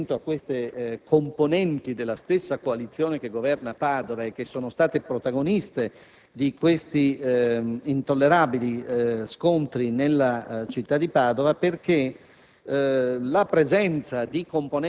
Devo far riferimento a queste componenti della stessa coalizione che governa Padova e che sono state protagoniste di questi intollerabili scontri in città, perché